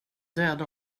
döda